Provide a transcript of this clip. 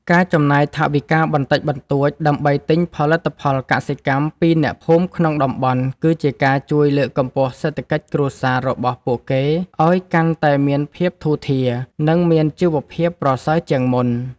ការចំណាយថវិកាបន្តិចបន្តួចដើម្បីទិញផលិតផលកសិកម្មពីអ្នកភូមិក្នុងតំបន់គឺជាការជួយលើកកម្ពស់សេដ្ឋកិច្ចគ្រួសាររបស់ពួកគេឱ្យកាន់តែមានភាពធូរធារ និង មានជីវភាពប្រសើរជាងមុន។